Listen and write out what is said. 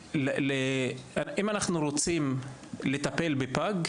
שאם אנחנו רוצים לטפל בפג,